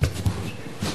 חוק ומשפט נתקבלה.